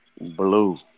blue